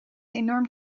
enorm